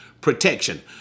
protection